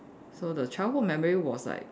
so the childhood memory was like